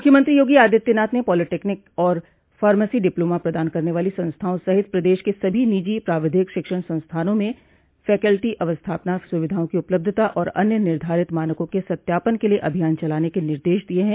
मुख्यमंत्री योगी आदित्यनाथ ने पॉलिटेक्निक और फार्मेसी डिप्लोमा प्रदान करने वाली संस्थाओं सहित प्रदेश के सभी निजी प्राविधिक शिक्षण संस्थाओं में फैकल्टी अवस्थापना सुविधााओं की उपलब्धता और अन्य निर्धारित मानको के सत्यापन के लिए अभियान चलाने के निर्देश दिये हैं